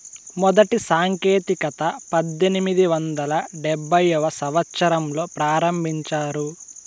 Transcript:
మొదటి సాంకేతికత పద్దెనిమిది వందల డెబ్భైవ సంవచ్చరంలో ప్రారంభించారు